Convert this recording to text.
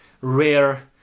rare